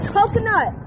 Coconut